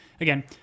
again